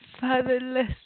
fatherless